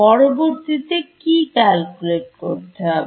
পরবর্তীতে কি ক্যালকুলেট করতে হবে